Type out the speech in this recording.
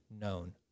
known